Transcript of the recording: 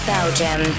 Belgium